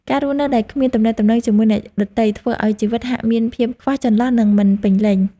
ការរស់នៅដោយគ្មានទំនាក់ទំនងជាមួយអ្នកដទៃ ធ្វើឱ្យជីវិតហាក់មានភាពខ្វះចន្លោះនិងមិនពេញលេញ។